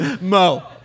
Mo